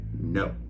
No